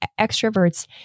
Extroverts